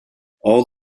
all